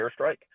airstrike –